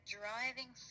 driving